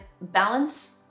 balance